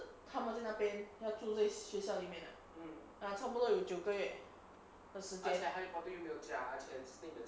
他们在那边要住在学校里面 ah 差不多有九个月的时间